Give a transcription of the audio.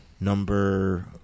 Number